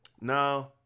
No